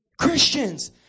Christians